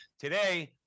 Today